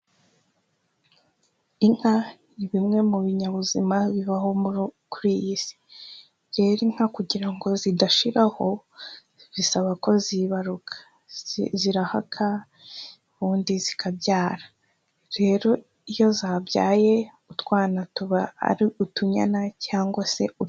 Inka nibimwe mu binyabuzima bibaho kuri iyi si, Rero inka kugira ngo zidashiraho, bisaba ko zibaruka. Zirahaka ubundi zikabyara. Rero iyo zabyaye ,utwana tuba ari utunyana cyangwa se utu.